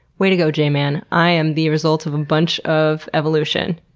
way to go j-man. i am the result of a bunch of evolution'?